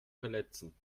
verletzen